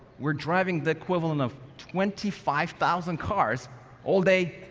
we're driving the equivalent of twenty five thousand cars all day,